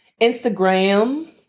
Instagram